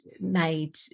made